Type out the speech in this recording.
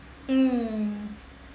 mm